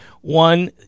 One